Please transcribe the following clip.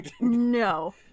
no